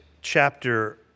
chapter